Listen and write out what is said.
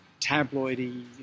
tabloidy